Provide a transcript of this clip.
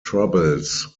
troubles